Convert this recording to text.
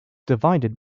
divided